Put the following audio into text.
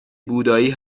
بودایی